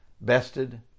bested